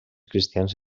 cristians